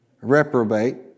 reprobate